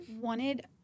wanted